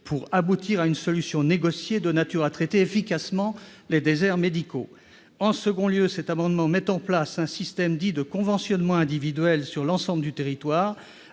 pour aboutir à une solution négociée de nature à traiter efficacement les déserts médicaux. En outre, il vise à mettre en place un système dit de conventionnement individuel sur l'ensemble du territoire,